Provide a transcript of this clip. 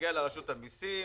מגיע לרשות המיסים,